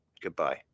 Goodbye